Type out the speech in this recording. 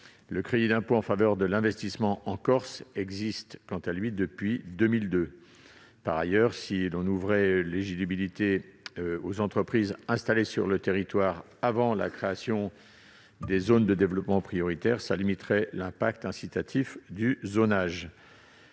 le crédit d'impôt en faveur de l'investissement en Corse existe depuis 2002. Par ailleurs, si l'on ouvrait l'éligibilité du dispositif aux entreprises installées sur le territoire avant la création des zones de développement prioritaire, cela limiterait l'aspect incitatif du zonage,